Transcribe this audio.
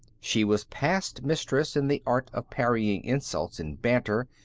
she was past mistress in the art of parrying insults and banter,